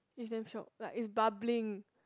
is damn shiok like is bubbling